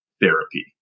therapy